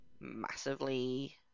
massively